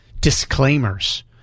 disclaimers